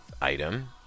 item